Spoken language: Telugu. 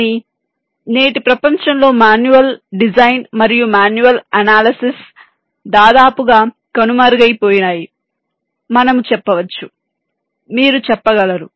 కానీ నేటి ప్రపంచం లో మాన్యువల్ డిజైన్ మరియు మాన్యువల్ అనాలిసిస్ దాదాపుగా కనుమరుగైపోయాయని మనము చెప్పవచ్చు మీరు చెప్పగలరు